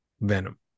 Venom